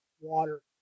water